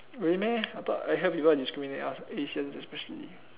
really meh I thought I hear people discriminate us Asians especially